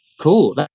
Cool